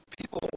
People